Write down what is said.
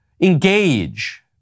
engage